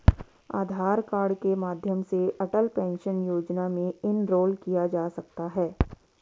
आधार card के माध्यम से अटल पेंशन योजना में इनरोल किया जा सकता है